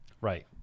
Right